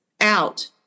out